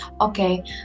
Okay